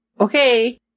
Okay